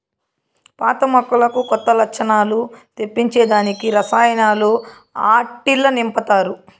పాత మొక్కలకు కొత్త లచ్చణాలు తెప్పించే దానికి రసాయనాలు ఆట్టిల్ల నింపతారు